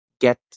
get